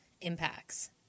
impacts